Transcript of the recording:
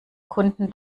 kunden